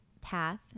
path